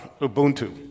Ubuntu